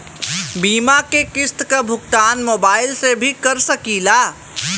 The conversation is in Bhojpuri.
बीमा के किस्त क भुगतान मोबाइल से भी कर सकी ला?